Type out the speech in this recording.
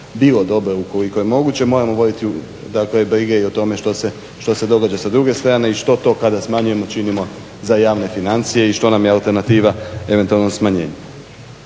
bilo dobro ukoliko je moguće. Moramo voditi, dakle brige i o tome što se događa sa druge strane i što to kada smanjujemo činimo za javne financije i što nam je alternativa eventualnog smanjenje.